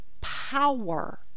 power